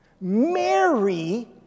Mary